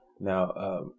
Now